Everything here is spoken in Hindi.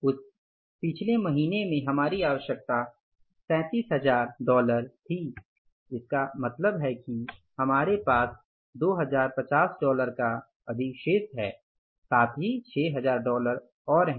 उस पिछले महीने में हमारी आवश्यकता 37000 डॉलर थी इसका मतलब है कि हमारे पास 2050 डॉलर का अधिशेष है और साथ ही 6000 डॉलर और है